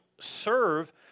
serve